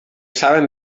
saben